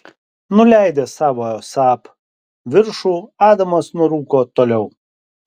nuleidęs savojo saab viršų adamas nurūko toliau